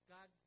God